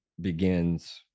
begins